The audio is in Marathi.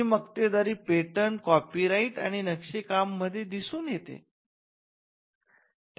जी मक्तेदारी पेटंट कॉपी राईट आणि नक्षीकाम मध्ये दिसून येते